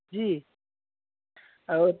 जी और